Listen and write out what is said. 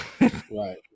Right